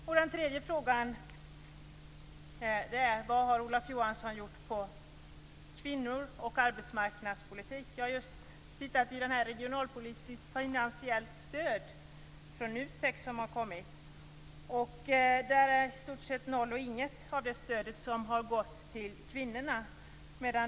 Slutligen undrar jag: Vad har Olof Johansson gjort när det gäller kvinnorna och arbetsmarknadspolitiken? Jag har just tittat i ett häfte från NUTEK om regionalpolitiskt finansiellt stöd. I stort sett noll och inget av det stödet har gått till kvinnorna.